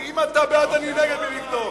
אם אתה בעד אני נגד, בלי לבדוק.